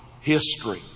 history